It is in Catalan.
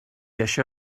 això